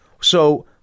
So-